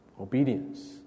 Obedience